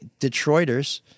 Detroiters